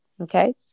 Okay